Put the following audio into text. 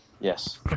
Yes